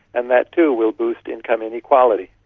and that too will boost income inequality.